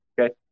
Okay